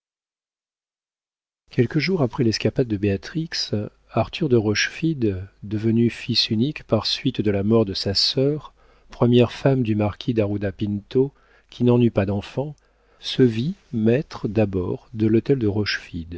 quelques jours après l'escapade de béatrix arthur de rochefide devenu fils unique par suite de la mort de sa sœur première femme du marquis dajuda pinto qui n'en eut pas d'enfants se vit maître d'abord de l'hôtel de